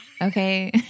Okay